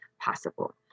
possible